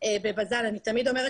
אני תמיד אומרת